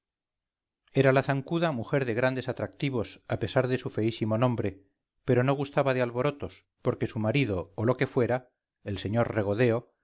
era la zancuda mujer de grandes atractivos a pesar de su feísimo nombre pero no gustaba de alborotos porque su marido o lo que fuera el sr regodeo